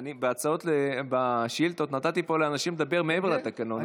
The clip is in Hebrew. אני בשאילתות נתתי פה לאנשים לדבר מעבר לתקנון,